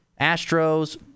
Astros